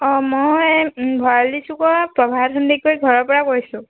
অঁ মই ভৰালিচুকৰ প্ৰভাত সন্দিকৈৰ ঘৰৰ পৰা কৈছোঁ